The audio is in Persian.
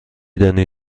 دانی